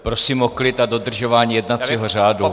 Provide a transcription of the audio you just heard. Prosím o klid a dodržování jednacího řádu.